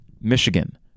Michigan